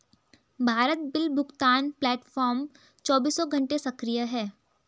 Bharat bill भुगतान platform चौबीसों घंटे सक्रिय है